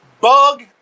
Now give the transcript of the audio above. Bug